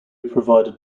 provided